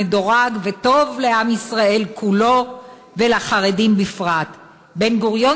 מדורג וטוב לעם ישראל כולו ולחרדים בפרט"; "בן-גוריון